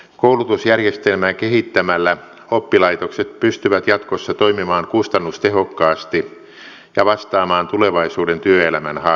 koulutusjärjestelmää kehittämällä oppilaitokset pystyvät jatkossa toimimaan kustannustehokkaasti ja vastaamaan tulevaisuuden työelämän haasteisiin